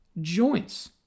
joints